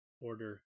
order